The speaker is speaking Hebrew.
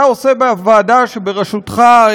אתה עושה בוועדה שבראשותך,